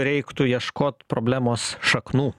reiktų ieškot problemos šaknų